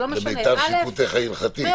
למיטב שיפוטך ההלכתי.